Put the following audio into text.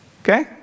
Okay